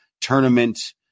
tournament